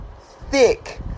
thick